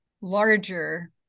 larger